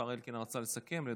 השר אלקין רצה לסכם ולדבר,